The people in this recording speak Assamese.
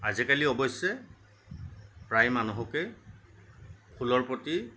আজিকালি অৱশ্য়ে প্ৰায় মানুহকে ফুলৰ প্ৰতি